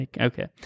Okay